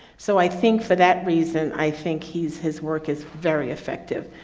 so i think for that reason, i think his his work is very effective.